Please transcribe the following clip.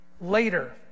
later